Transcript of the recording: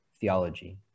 theology